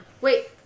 Wait